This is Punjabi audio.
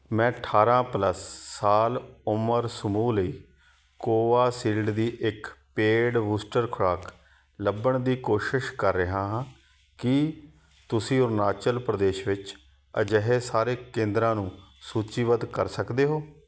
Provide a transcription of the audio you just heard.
ਮੈਂ ਅਠਾਰਾਂ ਪਲੱਸ ਸਾਲ ਉਮਰ ਸਮੂਹ ਲਈ ਕੋਵਾਸ਼ੀਲਡ ਦੀ ਇੱਕ ਪੇਡ ਬੂਸਟਰ ਖੁਰਾਕ ਲੱਭਣ ਦੀ ਕੋਸ਼ਿਸ਼ ਕਰ ਰਿਹਾ ਹਾਂ ਕੀ ਤੁਸੀਂ ਅਰੁਣਾਚਲ ਪ੍ਰਦੇਸ਼ ਵਿੱਚ ਅਜਿਹੇ ਸਾਰੇ ਕੇਂਦਰਾਂ ਨੂੰ ਸੂਚੀਬੱਧ ਕਰ ਸਕਦੇ ਹੋ